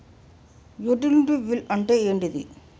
Utility bill అంటే ఏంటిది?